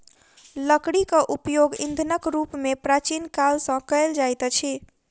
लकड़ीक उपयोग ईंधनक रूप मे प्राचीन काल सॅ कएल जाइत अछि